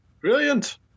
Brilliant